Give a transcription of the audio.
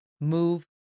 move